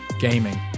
gaming